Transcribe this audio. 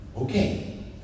okay